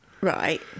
Right